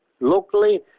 locally